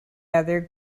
other